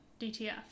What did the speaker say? DTF